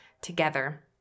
together